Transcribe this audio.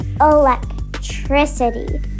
electricity